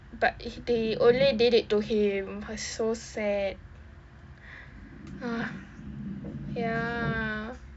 but h~ they only did it to him uh so sad uh ya